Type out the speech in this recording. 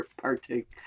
partake